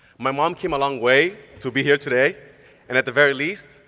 my mom came a long way to be here today and at the very least,